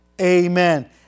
Amen